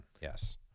Yes